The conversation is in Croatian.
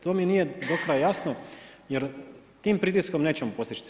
To mi nije do kraja jasno, jer tim pritiskom nećemo postići cilj.